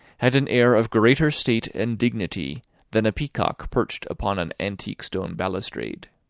had an air of greater state and dignity than a peacock perched upon an antique stone balustrade.